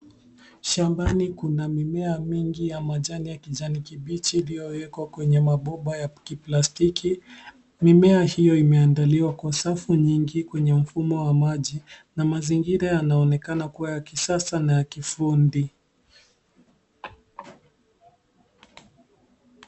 Shambani kuna mimea mingi ya majani ya kijani kibichi yaliyo wekwa kwenye mabomba ya kiplastiki. Mimea hiyo imeandaliwa kwa safu nyingi kwenye mfumo wa maji na mazingira yanaonekana kuwa ya kisasa na yakifundi.